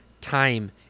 time